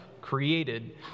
created